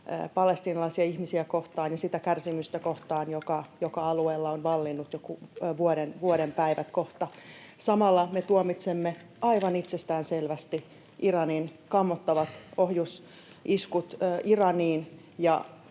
palestiinalaisia ihmisiä kohtaan ja sitä kärsimystä kohtaan, joka alueella on vallinnut kohta jo vuoden päivät. Samalla me tuomitsemme aivan itsestäänselvästi Iranin kammottavat ohjusiskut Israeliin